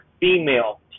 female